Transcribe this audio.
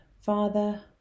Father